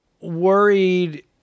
worried